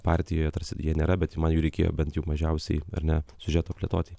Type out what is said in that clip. partijoje tarsi jie nėra bet jų man jų reikėjo bent jau mažiausiai ar ne siužeto plėtotei